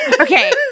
okay